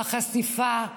החשיפה,